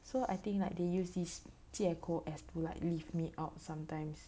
so I think like they use this 借口 as to like leave me out sometimes